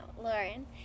Lauren